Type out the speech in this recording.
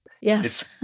Yes